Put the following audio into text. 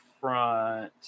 front